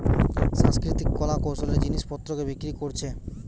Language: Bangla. সাংস্কৃতিক কলা কৌশলের জিনিস পত্রকে বিক্রি কোরছে